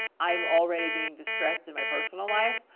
i'm already being distressed in my personal life.